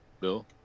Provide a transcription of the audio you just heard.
Bill